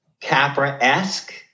Capra-esque